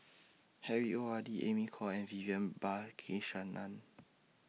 Harry ORD Amy Khor and Vivian Balakrishnan